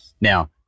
Now